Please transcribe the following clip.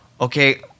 okay